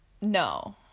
no